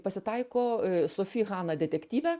pasitaiko sofy hana detektyve